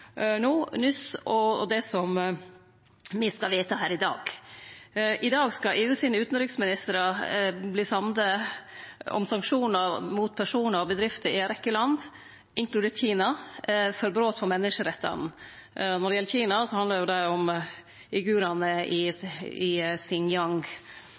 no nyss, og det me skal vedta her i dag. I dag skal EUs utanriksministrar verte samde om sanksjonar mot personar og bedrifter i ei rekkje land, inkludert Kina, for brot på menneskerettane. Når det gjeld Kina, handlar det om uigurane i